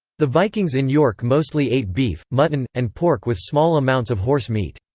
the vikings in york mostly ate beef, mutton, and pork with small amounts of horse meat.